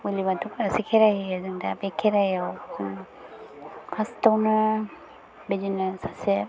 बोलि बाथौफ्रासो खेराइ होयो जों दा बे खेराइआव जों फार्स्टआवनो बिदिनो सासे